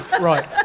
Right